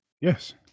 Yes